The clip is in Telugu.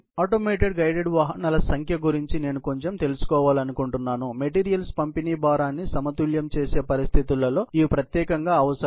ఆటోమేటెడ్ గైడెడ్ వాహనాల సంఖ్య గురించి నేను కొంచెం తెలుసుకోవాలనుకుంటున్నాను మెటీరియల్స్ పంపిణీ భారాన్ని సమతుల్యం చేసే పరిస్థితిలో ఇవి ప్రత్యేకంగా అవసరం